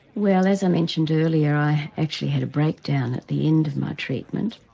well as i mentioned earlier i actually had a breakdown at the end of my treatment,